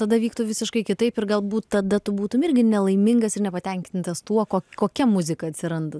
tada vyktų visiškai kitaip ir galbūt tada tu būtum irgi nelaimingas ir nepatenkintas tuo ko kokia muzika atsiranda